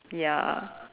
ya